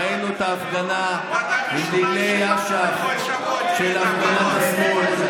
ראינו את ההפגנה עם דגלי אש"ף בהפגנת השמאל.